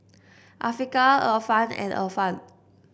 Afiqah Irfan and Irfan